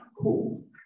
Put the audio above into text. cool